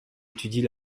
étudie